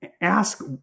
ask